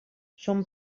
són